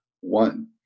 one